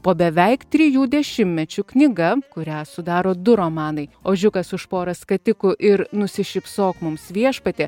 po beveik trijų dešimtmečių knyga kurią sudaro du romanai ožiukas už porą skatikų ir nusišypsok mums viešpatie